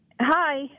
Hi